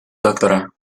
doctora